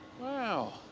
wow